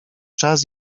czas